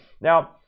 Now